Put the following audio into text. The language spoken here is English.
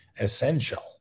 essential